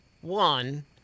one